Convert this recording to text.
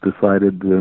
decided